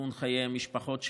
וסיכון חיי המשפחות שלהם.